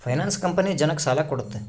finance company ಜನಕ್ಕ ಸಾಲ ಕೊಡುತ್ತೆ